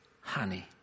honey